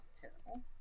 terrible